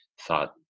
thought